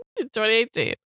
2018